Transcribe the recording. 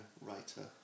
writer